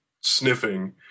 sniffing